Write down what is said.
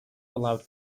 allowed